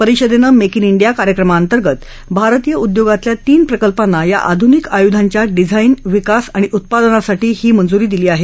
परिषदेनं make in India कार्यक्रमाअंतर्गत भारतीय ऊद्योगातल्या तीन प्रकल्पांना या आधूनिक आयुधांच्या डिझाईन विकास आणि उत्पादनासाठी ही मंजूरी दिली आहे